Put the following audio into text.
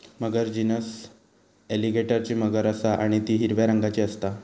मगर genus एलीगेटरची मगर असा आणि ती हिरव्या रंगाची असता